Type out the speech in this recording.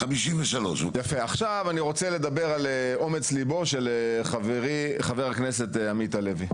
53. עכשיו אני רוצה לדבר על אומץ ליבו של חברי חבר הכנסת עמית הלוי.